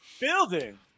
Building